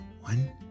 One